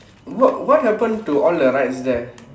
what what happen to all the rides there